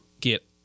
get